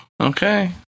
Okay